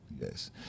yes